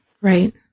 Right